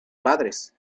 padres